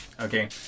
okay